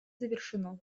завершено